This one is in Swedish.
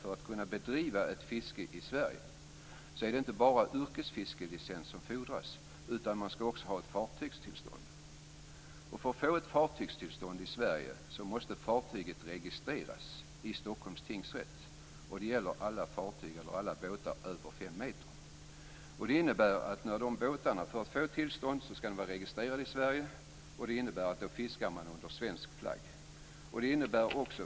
För att kunna bedriva ett fiske i Sverige är det inte bara yrkesfiskelicens som fordras, utan man skall också ha ett fartygstillstånd. För att få ett fartygstillstånd i Sverige måste fartyget registreras i Stockholms tingsrätt. Det gäller alla båtar över 5 meter. Det innebär att för att få ett tillstånd skall de båtarna vara registrerade i Sverige, och då fiskar man under svensk flagg.